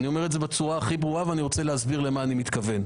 אני אומר את זה בצורה הכי ברורה ואני רוצה להסביר למה אני מתכוון.